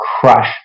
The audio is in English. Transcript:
crush